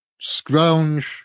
scrounge